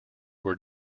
were